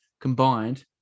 combined